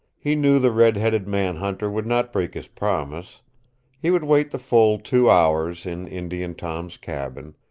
he knew the red-headed man-hunter would not break his promise he would wait the full two hours in indian tom's cabin,